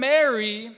Mary